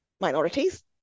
Minorities